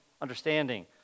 understanding